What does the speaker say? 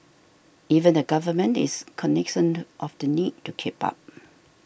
even the government is cognisant of the need to keep up